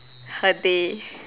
her day